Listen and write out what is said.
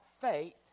faith